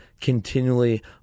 continually